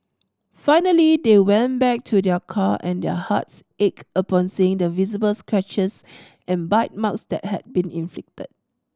finally they went back to their car and their hearts ached upon seeing the visible scratches and bite marks that had been inflicted